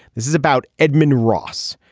this is about edmund ross.